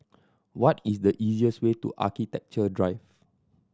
what is the easiest way to Architecture Drive